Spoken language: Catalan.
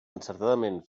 encertadament